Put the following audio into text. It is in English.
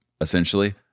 essentially